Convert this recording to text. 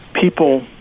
people